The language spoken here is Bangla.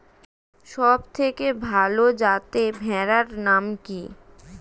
সবথেকে ভালো যাতে ভেড়ার নাম কি?